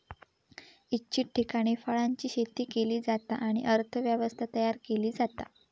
इच्छित ठिकाणी फळांची शेती केली जाता आणि अर्थ व्यवस्था तयार केली जाता